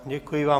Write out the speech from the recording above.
Děkuji vám.